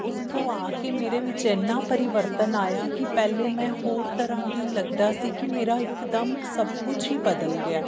ਉਸ ਥੋਂ ਆ ਕੇ ਮੇਰੇ ਵਿੱਚ ਇੰਨਾ ਪਰਿਵਰਤਨ ਆਇਆ ਕਿ ਪਹਿਲੇ ਮੈਂ ਹੋਰ ਤਰ੍ਹਾਂ ਦੀ ਲੱਗਦਾ ਸੀ ਕਿ ਮੇਰਾ ਇਕਦਮ ਸਭ ਕੁਛ ਹੀ ਬਦਲ ਗਿਆ